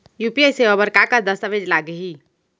UPI सेवा बर का का दस्तावेज लागही?